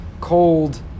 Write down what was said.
cold